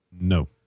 No